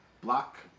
block